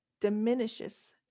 diminishes